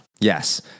Yes